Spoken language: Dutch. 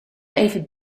even